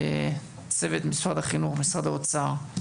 צוות משרד החינוך, משרד האוצר.